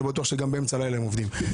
אני בטוח שגם באמצע הלילה הם עובדים.